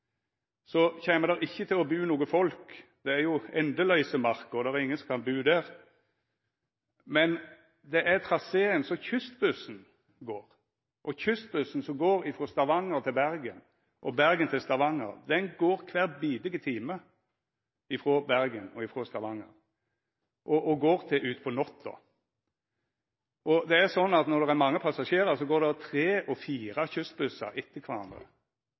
kjem det ikkje til å bu folk – det er jo endelause marker der, og det er ikkje nokon som kan bu der. Men det er traseen som Kystbussen går, og Kystbussen frå Stavanger til Bergen og frå Bergen til Stavanger går kvar bidige time og til utpå natta. Det er slik at når det er mange passasjerar, går det tre og fire kystbussar etter